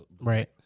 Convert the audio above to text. Right